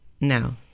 No